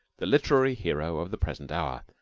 the literary hero of the present hour,